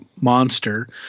Monster